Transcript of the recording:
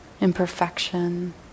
imperfection